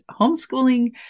homeschooling